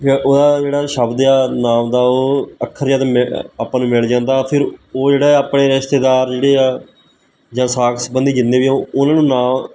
ਉਹਦਾ ਜਿਹੜਾ ਸ਼ਬਦ ਆ ਨਾਮ ਦਾ ਉਹ ਅੱਖਰ ਜਦ ਮਿ ਆਪਾਂ ਨੂੰ ਮਿਲ ਜਾਂਦਾ ਫੇਰ ਉਹ ਜਿਹੜਾ ਆਪਣੇ ਰਿਸ਼ਤੇਦਾਰ ਜਿਹੜੇ ਆ ਜਾਂ ਸਾਕ ਸੰਬੰਧੀ ਜਿੰਨੇ ਵੀ ਓਹ ਉਹਨਾਂ ਨੂੰ ਨਾਂ